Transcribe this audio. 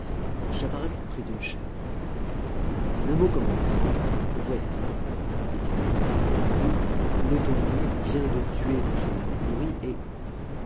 chavarax prit une chaise en un mot comme en cent voici fit-il sans plus de préambule letondu vient de tuer m de la hourmerie et